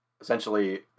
essentially